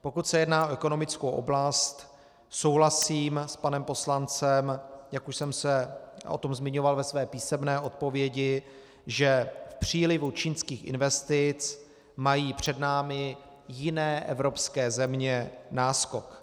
Pokud se jedná o ekonomickou oblast, souhlasím s panem poslancem, jak už jsem se o tom zmiňoval ve své písemné odpovědi, že v přílivu čínských investic mají před námi jiné evropské země náskok.